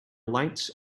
lights